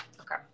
okay